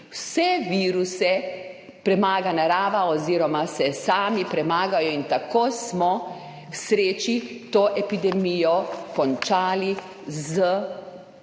vse viruse premaga narava oziroma se sami premagajo, in tako smo k sreči to epidemijo končali. S preveč